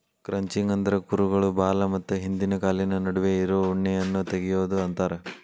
crutching ಅಂದ್ರ ಕುರುಗಳ ಬಾಲ ಮತ್ತ ಹಿಂದಿನ ಕಾಲಿನ ನಡುವೆ ಇರೋ ಉಣ್ಣೆಯನ್ನ ತಗಿಯೋದು ಅಂತಾರ